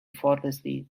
effortlessly